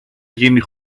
γίνει